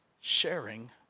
sharing